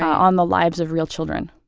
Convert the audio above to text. on the lives of real children